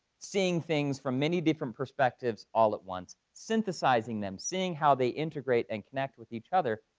seeing things from many different perspectives all at once, synthesizing them, seeing how they integrate and connect with each other,